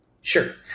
Sure